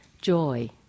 joy